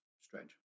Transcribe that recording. strange